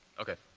okay.